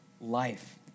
life